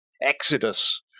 exodus